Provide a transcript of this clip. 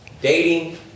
dating